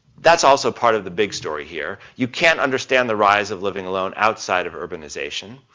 that's also part of the big story here. you can't understand the rise of living alone outside of urbanization.